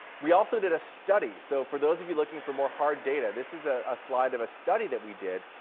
we also did a study, so, for those of you looking for more hard data, this is ah a slide of a study that we did,